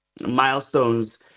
milestones